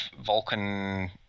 Vulcan